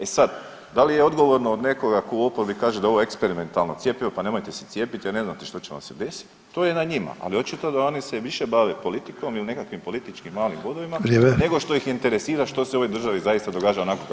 E sad, da li je odgovorno od nekoga tko u oporbi kaže da je ovo eksperimentalno cjepivo pa nemojte se cijepiti jer ne znate što će vam se desiti, to je na njima, ali očito da oni se više bave politikom ili nekakvim političkim malim bodovima [[Upadica: Vrijeme.]] nego što ih interesira što se u ovoj državi zaista događa onako kako treba.